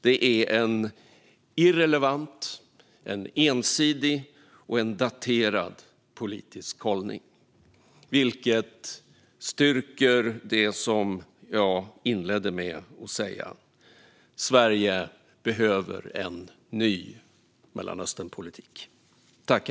Det är en irrelevant, en ensidig och en daterad politisk hållning, vilket styrker det som jag inledde med att säga: Sverige behöver en ny Mellanösternpolitik.